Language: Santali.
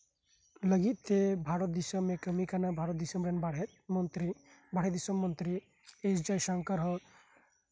ᱞᱟᱜᱤᱫ ᱛᱮ ᱵᱷᱟᱨᱚᱛ ᱫᱤᱥᱚᱢᱮ ᱠᱟᱢᱤ ᱠᱟᱱᱟ ᱵᱷᱟᱨᱚᱛ ᱫᱤᱥᱚᱢ ᱨᱮᱱ ᱵᱟᱨᱦᱮ ᱢᱚᱫᱽᱨᱮ ᱵᱟᱨᱦᱮ ᱫᱤᱥᱚᱢ ᱢᱚᱫᱽᱫᱷᱮ ᱨᱮ ᱮᱭᱤᱪ ᱡᱚᱲ ᱥᱚᱝᱠᱷᱟ ᱦᱚᱸ